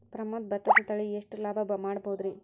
ಪ್ರಮೋದ ಭತ್ತದ ತಳಿ ಎಷ್ಟ ಲಾಭಾ ಮಾಡಬಹುದ್ರಿ?